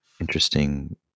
interesting